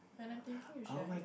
when I'm thinking you should